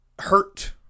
hurt